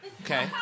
Okay